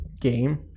game